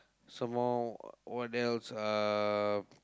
some more what else uh